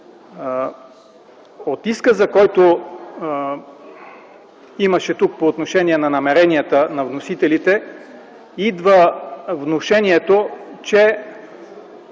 От изказа, който имаше тук по отношение на намеренията на вносителите, идва внушението, че